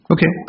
Okay